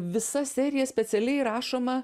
visa serija specialiai rašoma